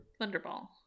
thunderball